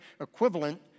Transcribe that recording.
equivalent